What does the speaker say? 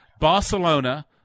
barcelona